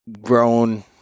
grown